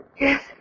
Yes